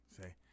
Say